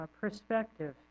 perspective